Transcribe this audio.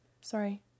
sorry